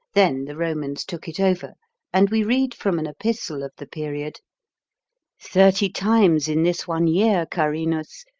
then the romans took it over and we read from an epistle of the period thirty times in this one year, charinus,